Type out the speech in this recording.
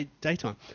Daytime